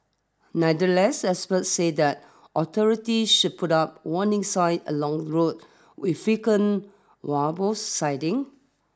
nevertheless experts said that authority should put up warning signs along roads with frequent wild boar siding